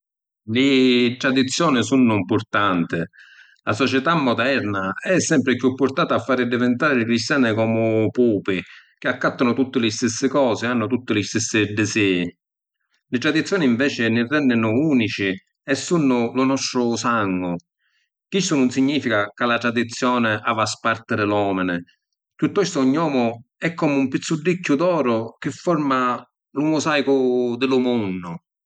Li tradizioni sunnu ‘mpurtanti. La società moderna è sempri chiù purtata a fari divintari li cristiani comu pupi chi accattanu tutti li stissi cosi e hannu tutti li stissi disìi. Li tradizioni inveci nni renninu unici e sunnu lu nostru sangu. Chistu nun significa ca la tradizioni havi a spartiri l’omini, chiùttostu ogni omu è comu un pizzuddicchiu d’oru chi forma lu musàicu di lu munnu.